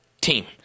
team